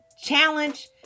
challenge